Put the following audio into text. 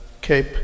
Cape